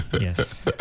Yes